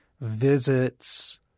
visits